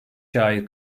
şair